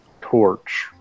torch